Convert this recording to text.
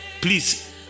please